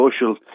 social